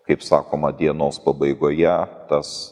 kaip sakoma dienos pabaigoje tas